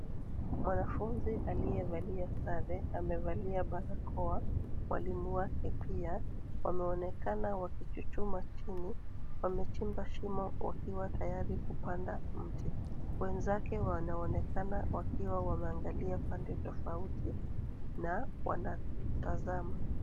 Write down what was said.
Mwanafunzi aliyevalia sare amevalia barakoa. Mwalimu wake pia. Wameonekana wakichuchumaa chini. Wamechimba shimo wakiwa tayari kupanda mti. Wenzake wanaonekana wakiwa wameangalia pande tofauti na wanatazama.